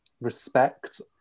respect